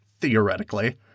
theoretically